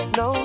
no